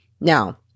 Now